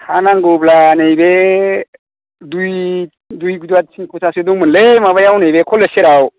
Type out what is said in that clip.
हा नांगौब्ला नैबे दुइ खथा थिन खथासो दंमोनलै माबायाव नैबे कलेज सेराव